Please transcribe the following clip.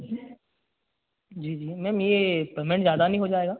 जी जी मैम यह पेमेंट ज़्यादा नहीं हो जाएगा